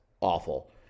awful